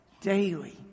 daily